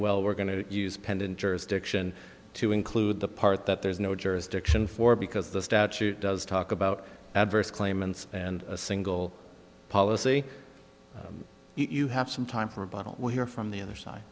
well we're going to use pendent jurisdiction to include the part that there's no jurisdiction for because the statute does talk about adverse claimants and a single policy if you have some time for a bottle will hear from the other side